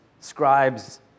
Scribes